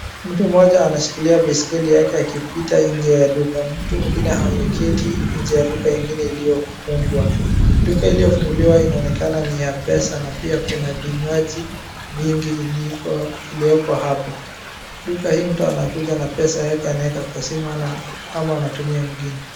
Mtu mmoja anashikilia baiskeli yake akipita nje ya duka. Mtu mwingine ameketi nje ya duka ingine iliyofungwa. Duka iliyofunguliwa inaonekana ni ya pesa na pia kuna vinywaji mingi iliyoko hapo. Duka hii mtu anakuja na pesa yake anaweka kwa simu ama anatumia mwingine.